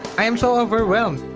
i'm so overwhelmed.